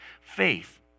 faith